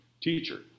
Teacher